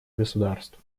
государств